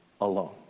alone